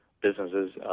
businesses